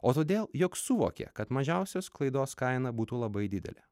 o todėl jog suvokė kad mažiausios klaidos kaina būtų labai didelė